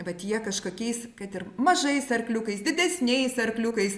vat jie kažkokiais kad ir mažais arkliukais didesniais arkliukais